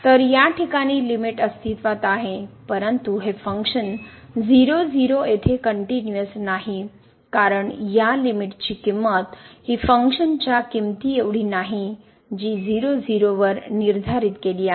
तर या ठिकाणी लिमिट अस्तित्वात आहे परंतु हे फंक्शन0 0 येथे कनट्युनिअस नाही कारण ह्या लिमिट ची किंमत हि फंक्शन च्या किमती एवढी नाही जि 0 0 वर निर्धारित केली आहे